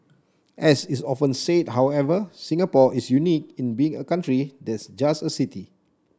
as is often said however Singapore is unique in being a country that's just a city